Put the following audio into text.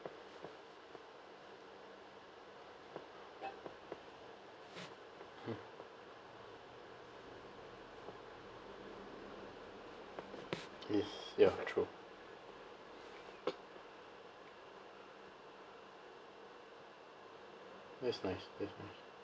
yes ya true that's nice